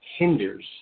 Hinders